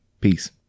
Peace